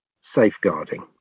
safeguarding